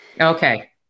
Okay